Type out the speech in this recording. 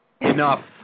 enough